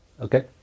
okay